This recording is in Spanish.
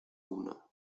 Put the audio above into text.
uno